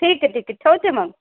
ठीक आहे ठीक आहे ठेवते मग